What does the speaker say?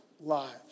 lives